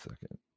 second